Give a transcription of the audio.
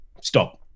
Stop